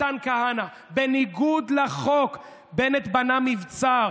מתן כהנא, בניגוד לחוק בנט בנה מבצר